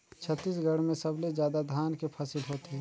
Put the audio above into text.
छत्तीसगढ़ में सबले जादा धान के फसिल होथे